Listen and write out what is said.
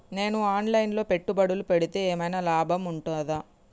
నేను online లో పెట్టుబడులు పెడితే ఏమైనా లాభం ఉంటదా?